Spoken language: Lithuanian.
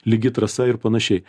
lygi trasa ir panašiai